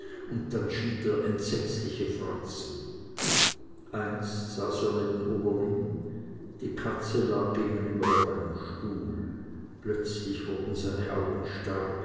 und dann schnitt er entsetzliche fratzen einst saß er neben oberlin die katze lag gegenüber auf einem stuhl plötzlich wurden seine augen starr